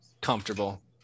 comfortable